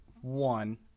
One